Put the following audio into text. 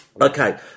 Okay